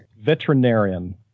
Veterinarian